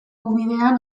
ubidean